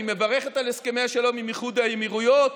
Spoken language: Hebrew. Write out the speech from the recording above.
מברכת על הסכמי השלום עם איחוד האמירויות,